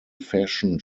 fashion